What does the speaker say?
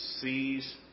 sees